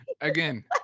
Again